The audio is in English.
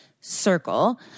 circle